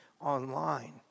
online